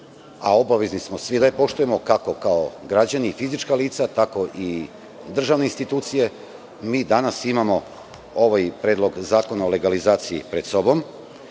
a obavezni smo svi da je poštujemo, kako kao građani i fizička lica, tako i državne institucije, mi danas imamo ovaj predlog zakona o legalizaciji pred sobom